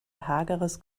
hageres